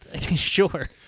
Sure